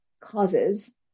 causes